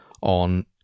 on